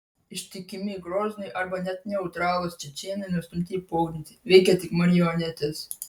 ištikimi groznui arba net neutralūs čečėnai nustumti į pogrindį veikia tik marionetės